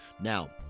Now